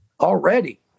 already